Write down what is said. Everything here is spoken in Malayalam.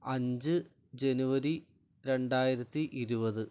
അഞ്ച് ജനുവരി രണ്ടായിരത്തി ഇരുപത്